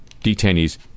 detainees